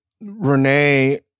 Renee